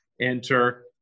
enter